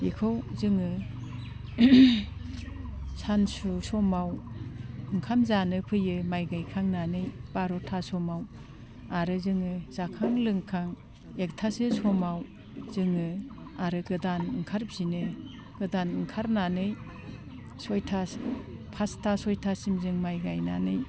बेखौ जोङो सानसु समाव ओंखाम जानो फैयो माइ गायखांनानै बार'था समाव आरो जोङो जाखां लोंखां एकथासो समाव जोङो आरो गोदान ओंखारफिनो गोदान ओंखारनानै सयथा फासथा सयथासिम जों माइ गायनानै